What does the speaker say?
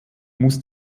muss